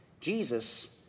Jesus